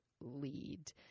lead